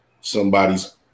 somebody's